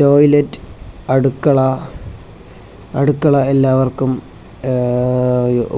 toilet അടുക്കള അടുക്കള എല്ലാവർക്കും